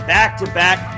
Back-to-back